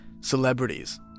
celebrities